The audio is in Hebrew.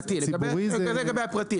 זה לגבי הפרטי.